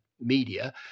media